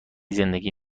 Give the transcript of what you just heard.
زندگی